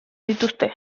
dituzte